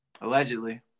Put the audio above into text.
Allegedly